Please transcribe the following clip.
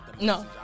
No